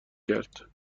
کرد